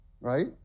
right